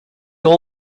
all